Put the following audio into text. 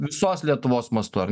visos lietuvos mastu ar